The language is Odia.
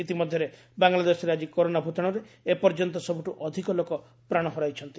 ଇତିମଧ୍ୟରେ ବାଙ୍ଗଲାଦେଶରେ ଆଜି କରୋନା ଭୂତାଣୁରେ ଏପର୍ଯ୍ୟନ୍ତ ସବୁଠୁ ଅଧିକ ଲୋକ ପ୍ରାଣ ହରାଇଛନ୍ତି